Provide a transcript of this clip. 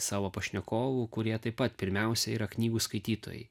savo pašnekovų kurie taip pat pirmiausia yra knygų skaitytojai